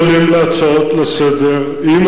יש כללים להצעות לסדר-היום.